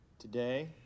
Today